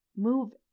move